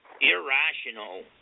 irrational